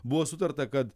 buvo sutarta kad